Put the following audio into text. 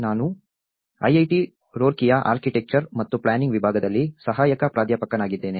ನಾನು IIT ರೂರ್ಕಿಯ architecture ಮತ್ತು ಪ್ಲಾನಿಂಗ್ ವಿಭಾಗದಲ್ಲಿ ಸಹಾಯಕ ಪ್ರಾಧ್ಯಾಪಕನಾಗಿದ್ದೇನೆ